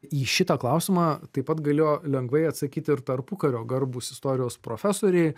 į šitą klausimą taip pat galėjo lengvai atsakyti ir tarpukario garbūs istorijos profesoriai